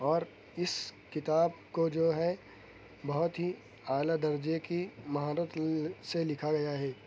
اور اس کتاب کو جو ہے بہت ہی اعلیٰ درجہ کی مہارت سے لکھا گیا ہے